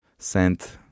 Sent